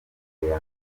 yanjye